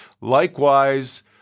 Likewise